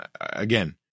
again